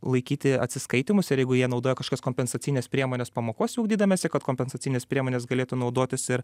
laikyti atsiskaitymus ir jeigu jie naudoja kažkas kompensacines priemones pamokose ugdydamiesi kad kompensacines priemones galėtų naudotis ir